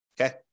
Okay